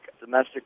domestic